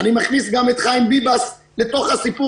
אני מכניס לשם גם את חיים ביבס כי אמרתי